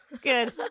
Good